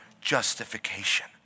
justification